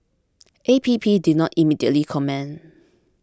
A P P did not immediately comment